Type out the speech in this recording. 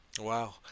Wow